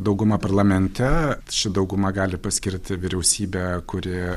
dauguma parlamente ši dauguma gali paskirti vyriausybę kuri